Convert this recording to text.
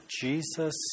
Jesus